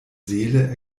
seele